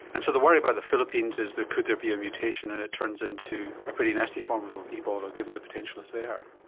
and so the worry about the philippines is that could there be a mutation and it turns a pretty nasty form of of ebola given the potential is there?